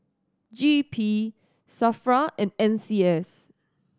G E P SAFRA and N C S